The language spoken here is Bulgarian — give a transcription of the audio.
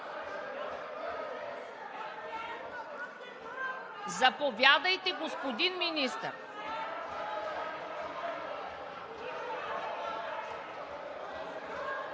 Заповядайте, господин Министър!